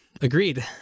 agreed